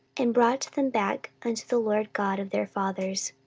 and brought them back unto the lord god of their fathers.